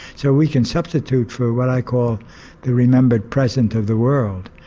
so we can substitute for what i call the remembered present of the world.